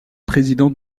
président